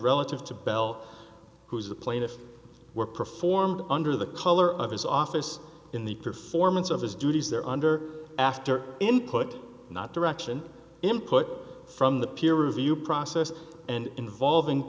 relative to bell who is the plaintiff were performed under the color of his office in the performance of his duties there under after input not direction input from the peer review process and involving